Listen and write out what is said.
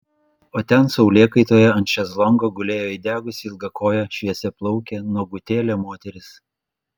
o ten saulėkaitoje ant šezlongo gulėjo įdegusi ilgakojė šviesiaplaukė nuogutėlė moteris